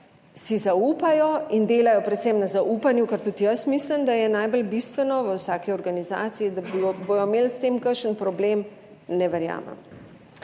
si zaupajo in delajo predvsem na zaupanju, kar tudi jaz mislim, da je najbolj bistveno v vsaki organizaciji, da bodo imeli s tem kakšen problem, ne verjamem.